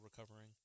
recovering